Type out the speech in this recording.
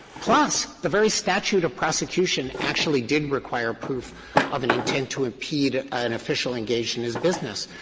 plus, the very statute of prosecution actually did require proof of an intent to impede an official engaged in his business.